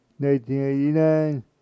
1989